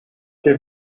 che